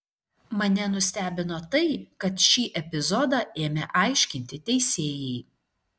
mane nustebino tai kad šį epizodą ėmė aiškinti teisėjai